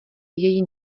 její